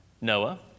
Noah